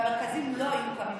והמרכזים לא היו קמים בפריפריה.